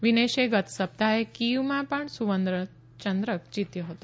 વિનેશે ગત સપ્તાહે કીવમાં પણ સુવર્ણચંદ્રક જીત્યો હતો